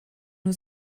nur